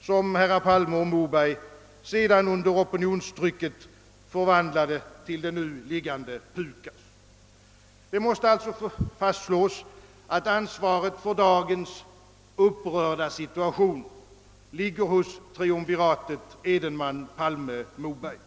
som herrar Palme och Moberg sedan under opinionstrycket förvandlade till det nu föreliggande PUKAS. Det måste alltså fastslås, att ansvaret för dagens upprörda situation ligger hos triumviratet Edenman—Palme-—Mobersg.